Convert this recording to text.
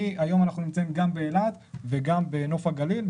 היום אנחנו נמצאים גם באילת וגם בנוף הגליל.